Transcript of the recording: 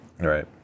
Right